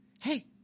hey